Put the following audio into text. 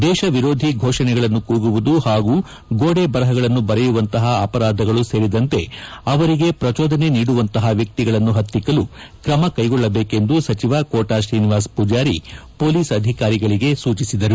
ದೇಶ ವಿರೋಧಿ ಘೋಷಣೆಗಳನ್ನು ಕೂಗುವುದು ಹಾಗೂ ಗೋಡೆ ಬರಹಗಳನ್ನು ಬರೆಯುವಂತಹ ಅಪರಾಧಗಳು ಸೇರಿದಂತೆ ಅವರಿಗೆ ಪ್ರಜೋದನೆ ನೀಡುವಂತಹ ವ್ಹಕ್ತಿಗಳನ್ನು ಹತ್ತಿಕ್ಕಲು ತ್ರಮ ಕೈಗೊಳ್ಳಬೇಕೆಂದು ಸಚಿವ ಕೋಟಾ ಶ್ರೀನಿವಾಸ ಪೂಜಾರಿ ಪೊಲೀಸ್ ಅಧಿಕಾರಿಗಳಿಗೆ ಸೂಚಿಸಿದರು